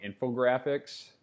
infographics